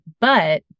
But-